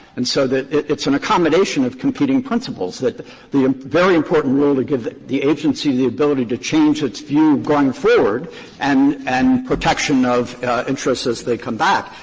and so that it's an accommodation of competing principles that the very important rule to give the agency the ability to change its view going forward and and protection of interests as they come back.